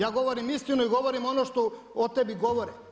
Ja govorim istinu i govorim ono što o tebi govore.